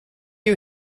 you